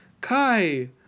kai